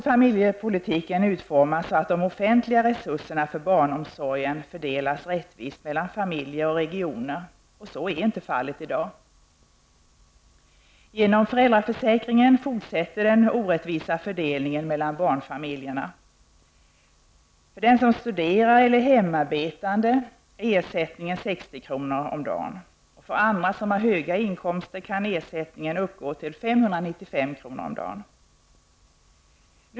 Familjepolitiken måste utformas så att de offentliga resurserna för barnomsorgen fördelas rättvist mellan familjer och regioner. Så är inte fallet i dag. På grund av föräldraförsäkringen fortsätter den orättvisa fördelningen mellan barnfamiljerna. För den som studerar eller är hemarbetande är ersättningen 60 kr. per dag. För andra som har höga inkomster kan ersättningen uppgå till 595 kr. per dag.